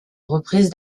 reprise